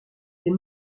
est